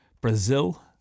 Brazil